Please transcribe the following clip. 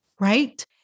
right